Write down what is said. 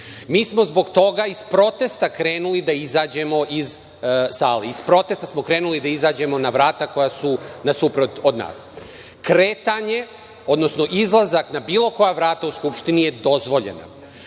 Mi smo zbog toga iz protesta krenuli da izađemo iz sale. Iz protesta smo krenuli da izađemo na vrata koja su nasuprot od nas. Kretanje, odnosno izlazak na bilo koja vrata u Skupštini je dozvoljeno.